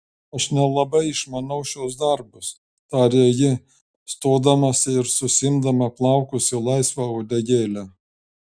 aš nelabai išmanau šiuos darbus tarė ji stodamasi ir susiimdama plaukus į laisvą uodegėlę